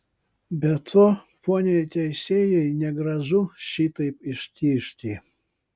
be to poniai teisėjai negražu šitaip ištižti